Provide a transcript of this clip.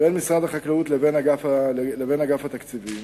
בין משרד החקלאות לבין אגף התקציבים